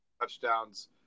touchdowns